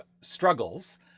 struggles